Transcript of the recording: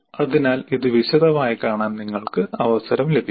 അതിനാൽ ഇത് വിശദമായി കാണാൻ നിങ്ങൾക്ക് അവസരം ലഭിക്കും